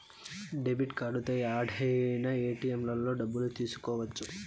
debit కార్డుతో యాడైనా ఏటిఎంలలో డబ్బులు తీసుకోవచ్చు